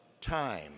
time